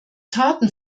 taten